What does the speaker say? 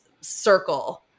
circle